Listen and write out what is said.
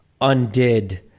undid